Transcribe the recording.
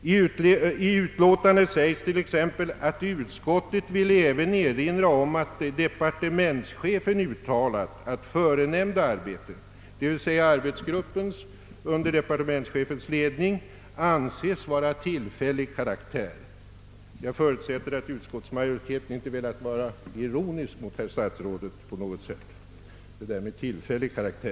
I utlåtandet sägs t.ex. att utskottet även vill »erinra om att departementschefen uttalat att förenämnda arbete» — d. Vv. s. arbetsgruppens under departementschefens ledning — »avses skola vara av tillfällig karaktär». Jag förutsätter att utskottsmajoriteten med uttrycket »av tillfällig karaktär» inte velat vara på något sätt ironisk mot herr statsrådet.